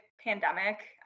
pandemic